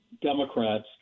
Democrats